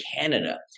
Canada